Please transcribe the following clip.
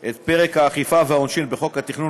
את פרק האכיפה והעונשין בחוק התכנון